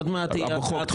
עוד מעט תהיה הצעת